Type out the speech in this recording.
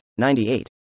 98